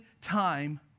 time